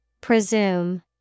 Presume